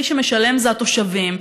מי שמשלם זה התושבים,